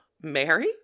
mary